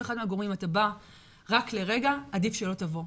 אחד מהגורמים בא רק לרגע - עדיף שלא תבוא.